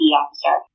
officer